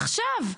עכשיו.